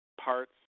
parts